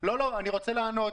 לא, אני רוצה לענות.